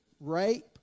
rape